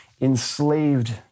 enslaved